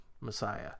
Messiah